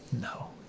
no